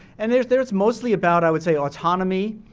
and there's there's mostly about, i would say autonomy,